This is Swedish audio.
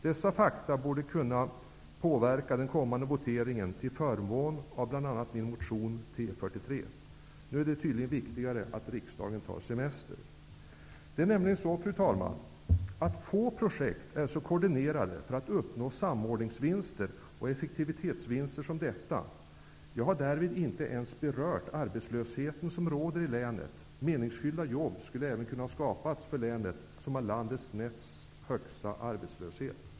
Dessa fakta borde kunna påverka den kommande voteringen till förmån för bl.a. motion T43. Men nu är det tydligen viktigare att riksdagen få ta semester. Fru talman! Få projekt är nämligen så koordinerade för att uppnå samordnings och effektivitetsvinster som detta. Jag har därvid inte ens berört arbetslösheten som råder i länet. Meningsfyllda jobb skulle även ha kunnat skapas i länet, som har landets näst högsta arbetslöshet.